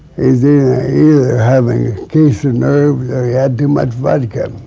he's either having a case of nerves or he had too much vodka.